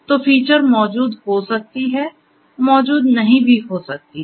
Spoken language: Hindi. तो फीचर मौजूद हो सकती हैं मौजूद नहीं भी हो सकती हैं